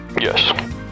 Yes